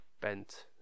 Bent